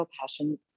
passion